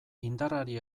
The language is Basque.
indarrari